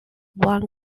one